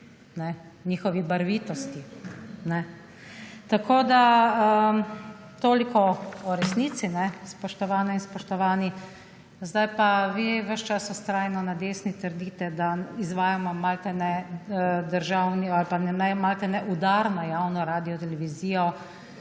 njihovi barvitosti. Toliko o resnici, spoštovane in spoštovani! Vi ves čas vztrajno na desni trdite, da izvajamo malodane državni ali malodane udar na javno radiotelevizijo,